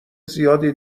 زیادی